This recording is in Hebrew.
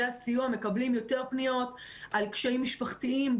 הסיוע מקבלים יותר פניות על קשיים משפחתיים,